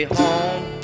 home